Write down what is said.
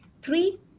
three